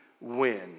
win